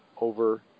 over